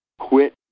Quit